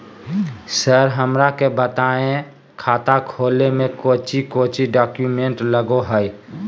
Sir हमरा के बताएं खाता खोले में कोच्चि कोच्चि डॉक्यूमेंट लगो है?